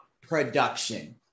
production